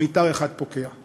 מיתר אחד פוקע.